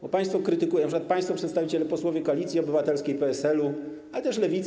Bo państwo krytykują, np. państwo przedstawiciele posłowie Koalicji Obywatelskiej, PSL-u, ale też Lewicy.